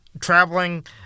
traveling